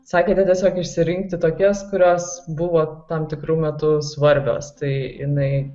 sakėte tiesiog išsirinkti tokias kurios buvo tam tikru metu svarbios tai jinai